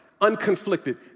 unconflicted